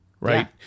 right